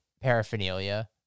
paraphernalia